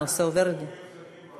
הנושא עובר, אנחנו